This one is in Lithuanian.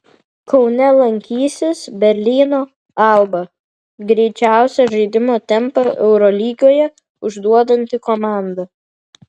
kaune lankysis berlyno alba greičiausią žaidimo tempą eurolygoje užduodanti komanda